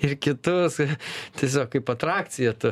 ir kitus tiesiog kaip atrakcija tu